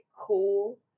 cool